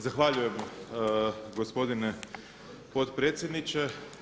Zahvaljujem gospodine potpredsjedniče.